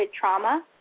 trauma